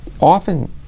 often